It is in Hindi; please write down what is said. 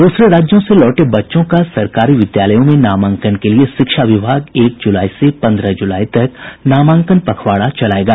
दूसरे राज्यों से लौटे बच्चों का सरकारी विद्यालयों में नामांकन के लिए शिक्षा विभाग एक जुलाई से पन्द्रह जुलाई तक नामांकन पखवाड़ा चलायेगा